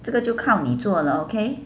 这个就靠你做了 okay